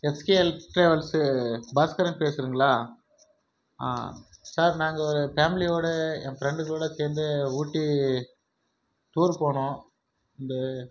SKL travels Bhaskaran பேசுறிங்களா sir நாங்கள் ஒரு ஃபேம்லியோடு என் ஃப்ரெண்டுகளோட சேர்ந்து ஊட்டி டூர் போகணும் இந்த